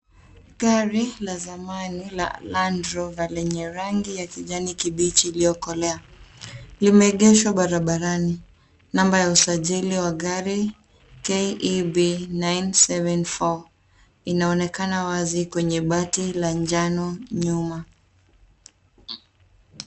Gari la zamani la landrover lenye rangi ya kijani kibichi iliyokolea limeegeshwa barabarani. Namba ya usajili wa gari, KEB nine seven four, inaonekana wazi kwenye bati la njano nyuma.